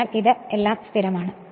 അതിനാൽ ഇത് സ്ഥിരമാണ്